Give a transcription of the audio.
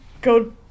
go